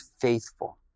faithful